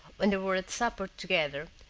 when they were at supper together,